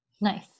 Nice